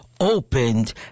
opened